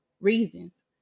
reasons